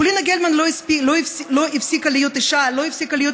פולינה גלמן לא הפסיקה להיות אישה ולא הפסיקה להיות